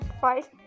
five